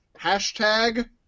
Hashtag